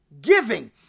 giving